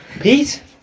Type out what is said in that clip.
Pete